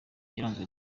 yaranzwe